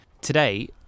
today